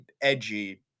edgy